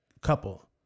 couple